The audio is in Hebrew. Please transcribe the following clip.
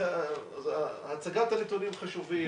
הצגת הנתונים חשובה,